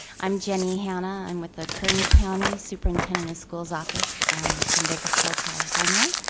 i'm jenny hannah. i'm with the kern county superintendent of schools office from bakersfield, california,